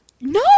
No